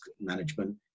management